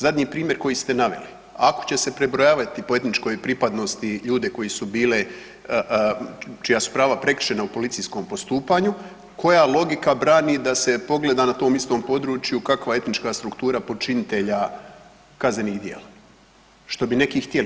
Zadnji primjer koji ste naveli ako će se prebrojavati po etničkoj pripadnosti ljude koji su bili i čija su prava prekršena u policijskom postupanju, koja logika brani da se pogleda na tom istom području kakva je etnička struktura počinitelja kaznenih djela, što bi neki htjeli?